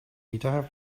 pythagoras